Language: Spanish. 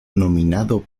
nominado